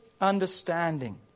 understanding